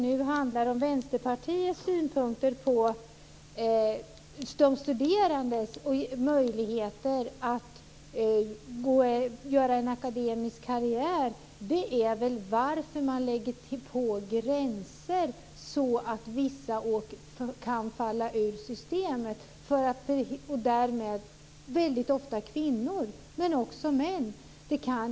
Nu handlar det om Vänsterpartiets synpunkter på de studerandes möjligheter att göra en akademisk karriär. Då tycker jag att det är mer intressant varför man lägger på gränser så att vissa kan falla ur systemet. Det handlar väldigt ofta om kvinnor, men också män.